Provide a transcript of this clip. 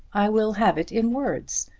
i will have it in words.